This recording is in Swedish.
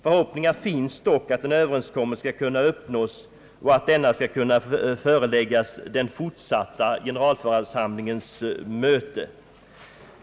Förhoppningar finns dock att en överenskommelse skall kunna uppnås och att denna skall kunna föreläggas den fortsatta generalförsamlingens möte.